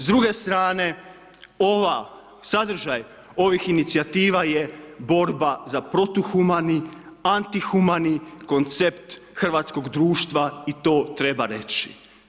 S druge strane, ove sadržaj, ovih inicijativa je borba za protuhumani, antihumani koncept hrvatskog društva i to treba reći.